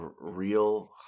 real